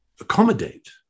accommodate